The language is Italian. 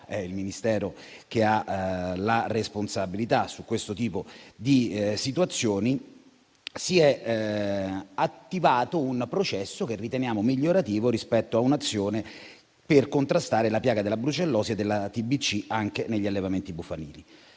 il Ministero della salute ad avere responsabilità su questo tipo di situazioni - si è attivato un processo che riteniamo migliorativo dell'azione per contrastare la piaga della brucellosi e della TBC anche negli allevamenti bufalini.